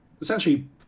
essentially